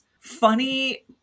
Funny